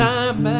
Time